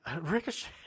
ricochet